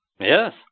Yes